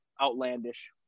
outlandish